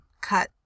cut